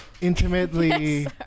intimately